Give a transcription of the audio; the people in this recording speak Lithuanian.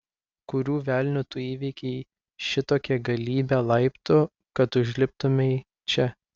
kurių velnių tu įveikei šitokią galybę laiptų kad užliptumei čia